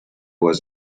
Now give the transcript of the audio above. was